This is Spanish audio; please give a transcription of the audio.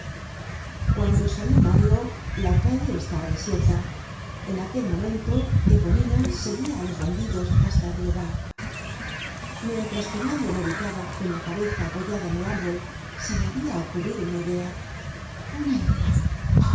cuando salió mario la calle estaba desierta en aquel momento eponina seguia á los bandidos hasta el boulevard mientras que mario meditaba con la cabeza apoyada en el árbol se le habia ocurrido una idea una idea